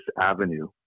avenue